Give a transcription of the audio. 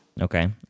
Okay